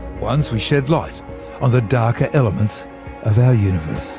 once we shed light on the darker elements of our universe